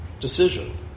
decision